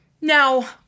Now